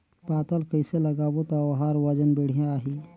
पातल कइसे लगाबो ता ओहार वजन बेडिया आही?